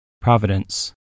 providence